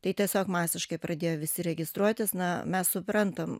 tai tiesiog masiškai pradėjo visi registruotis na mes suprantam